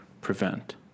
prevent